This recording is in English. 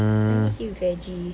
I need to eat veggie